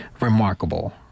remarkable